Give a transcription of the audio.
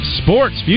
sports